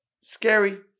Scary